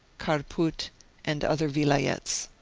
kharpout and other vilayets.